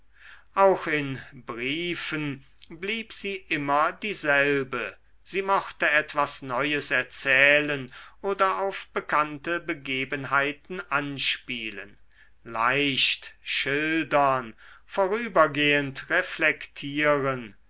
auch in briefen blieb sie immer dieselbe sie mochte etwas neues erzählen oder auf bekannte begebenheiten anspielen leicht schildern vorübergehend reflektieren